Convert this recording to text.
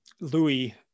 Louis